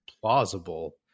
plausible